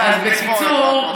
בקיצור,